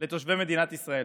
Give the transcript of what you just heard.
לתושבי מדינת ישראל.